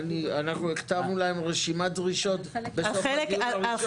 אנחנו הכתבנו להם רשימת דרישות בסוף הדיון הראשון.